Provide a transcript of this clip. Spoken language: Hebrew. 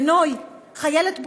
ונוי, חיילת בודדה: